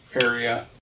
area